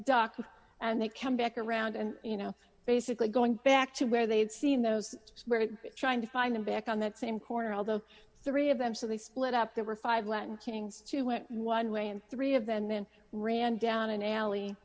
dock and they come back around and you know basically going back to where they had seen those trying to find him back on that same corner although three of them so they split up there were five latin kings two went one way and three of them men ran down an alley